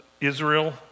Israel